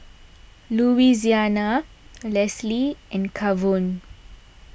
Louisiana Lesly and Kavon